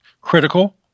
Critical